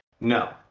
no